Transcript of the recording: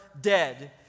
dead